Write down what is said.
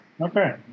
Okay